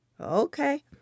Okay